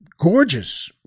gorgeous